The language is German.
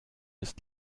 ist